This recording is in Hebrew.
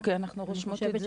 אוקיי, אנחנו רושמות את זה.